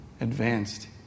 advanced